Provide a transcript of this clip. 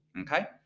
okay